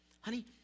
honey